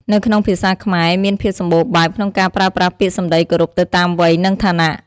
នៅក្នុងភាសាខ្មែរមានភាពសម្បូរបែបក្នុងការប្រើប្រាស់ពាក្យសំដីគោរពទៅតាមវ័យ និងឋានៈ។